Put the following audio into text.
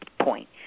point